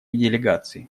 делегации